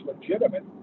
legitimate